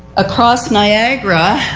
across niagra,